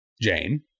Jane